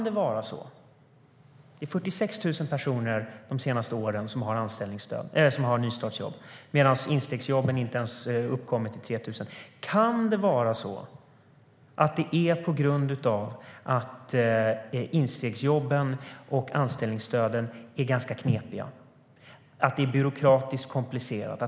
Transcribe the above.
Det är 46 000 personer de senaste åren som har fått nystartsjobb, medan instegsjobben inte ens kommer upp till 3 000. Kan det vara så att det är på grund av att instegsjobben och anställningsstöden är ganska knepiga? Det är byråkratiskt komplicerat.